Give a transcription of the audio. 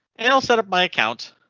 and i'll set up my account.